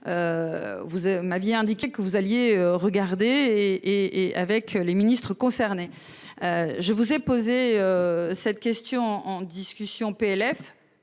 Vous m'aviez indiqué que vous alliez regarder et avec les ministres concernés. Je vous ai posé cette question en discussion PLF